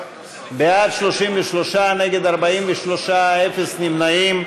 בעד, 33, נגד, 43, אין נמנעים.